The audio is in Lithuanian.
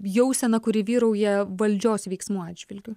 jausena kuri vyrauja valdžios veiksmų atžvilgiu